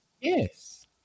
Yes